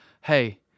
hey